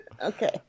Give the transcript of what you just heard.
Okay